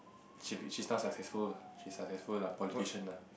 she be she now's successful she's successful lah politician lah